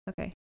Okay